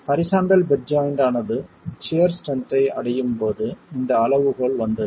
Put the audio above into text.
horizontal bed joint ஆனது shear strength ஐ அடையும் போது இந்த அளவுகோல் வந்தது